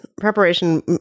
preparation